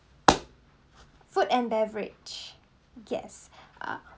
food and beverage yes ah